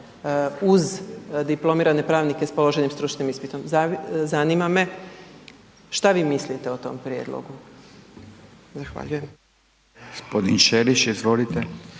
uz diplomirane pravnike s položenim stručnim ispitom. Zanima me što vi mislite o tom prijedlogu? Zahvaljujem. **Radin, Furio